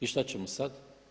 I što ćemo sad?